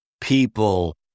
people